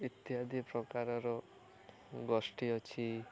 ଇତ୍ୟାଦି ପ୍ରକାରର ଗୋଷ୍ଠୀ ଅଛି